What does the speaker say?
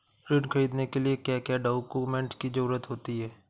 ऋण ख़रीदने के लिए क्या क्या डॉक्यूमेंट की ज़रुरत होती है?